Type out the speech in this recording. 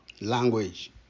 language